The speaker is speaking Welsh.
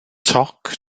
toc